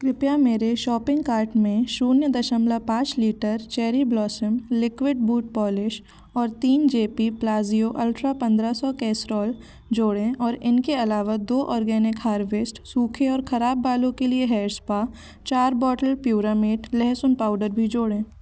कृपया मेरे shopping cart में शून्य दशमलव पाँच litre cherry blossom liquid boot polish और तीन जे पी पलाज़ियो अल्ट्रा पंद्रह सौ कैसरोल जोड़ें और इनके अलावा आर्गेनिक हार्वेस्ट सूखे और ख़राब बालों के लिए हेयर स्पा चार बॉटल प्युरामेट लहसुन पाउडर भी जोड़ें